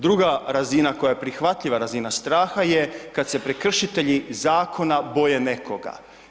Druga razina koja je prihvatljiva razina straha je kad se prekršitelji zakona boje nekoga.